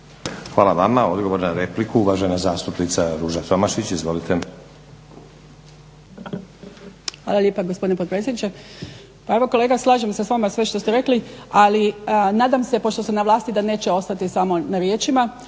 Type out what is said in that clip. Hvala vama. Odgovor na repliku, uvažena zastupnica Ruža Tomašić. Izvolite. **Tomašić, Ruža (HSP AS)** Hvala lijepa gospodine potpredsjedniče. Kolega slažem se s vama sve što ste rekli, ali nadam se pošto ste na vlasti da neće ostati samo na riječima,